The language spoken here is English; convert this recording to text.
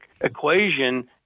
equation